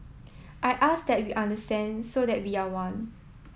I ask that we understand so that we are one